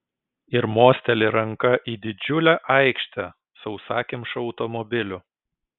ir mosteli ranka į didžiulę aikštę sausakimšą automobilių